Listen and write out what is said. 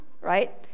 right